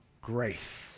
grace